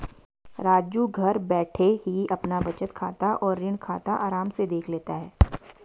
राजू घर बैठे ही अपना बचत खाता और ऋण खाता आराम से देख लेता है